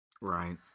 Right